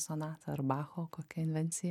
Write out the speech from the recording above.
sonatą ar bacho kokią invenciją